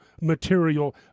material